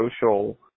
social